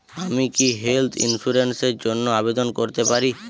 আমি কি health insurance র জন্য আবেদন করতে পারি?